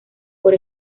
por